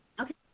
Okay